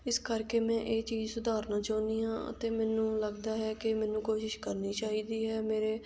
ਇਸ ਕਰਕੇ ਮੈਂ ਇਹ ਚੀਜ਼ ਸੁਧਾਰਨਾ ਚਾਹੁੰਦੀ ਹਾਂ ਅਤੇ ਮੈਨੂੰ ਲੱਗਦਾ ਹੈ ਕਿ ਮੈਨੂੰ ਕੋਸ਼ਿਸ਼ ਕਰਨੀ ਚਾਹੀਦੀ ਹੈ ਮੇਰੇ